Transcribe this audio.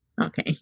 Okay